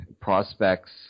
prospects